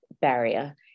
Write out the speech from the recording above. barrier